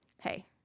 Hey